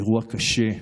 אירוע קשה,